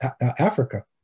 Africa